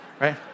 right